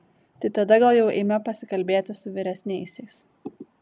tai tada gal jau eime pasikalbėti su vyresniaisiais